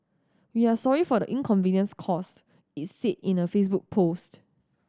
we are sorry for the inconvenience caused it said in a Facebook post